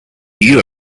you